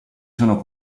sono